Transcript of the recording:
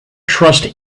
trust